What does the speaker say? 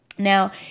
Now